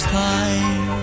time